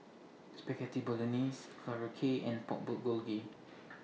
Spaghetti Bolognese Korokke and Pork Bulgogi